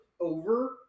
over